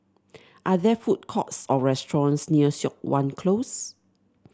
are there food courts or restaurants near Siok Wan Close